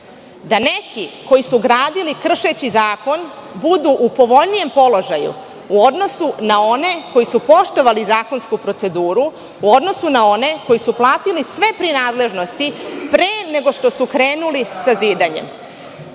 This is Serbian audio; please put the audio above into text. da neki koji su gradili kršeći zakon, budu u povoljnijem položaju u odnosu na one koji su poštovali zakonsku proceduru, u odnosu na one koji su platili sve prinadležnosti pre nego što su krenuli sa zidanjem. Moram